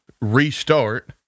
restart